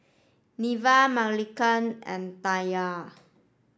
Neva Marcelina and Taniyah